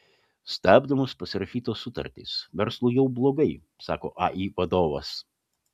stabdomos pasirašytos sutartys verslui jau blogai sako ai vadovas